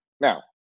Now